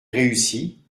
réussi